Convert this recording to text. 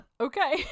Okay